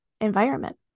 environment